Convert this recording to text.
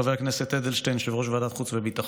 חבר הכנסת אדלשטיין, יושב-ראש ועדת חוץ וביטחון: